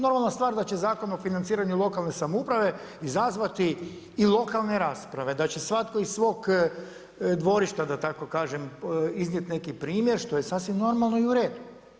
Normalna stvar da će Zakon o financiranju lokalne samouprave izazvati i lokalne rasprave, da će svatko iz svog dvorišta da tako kažem iznijeti neki primjer što je sasvim normalno i u redu.